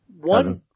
one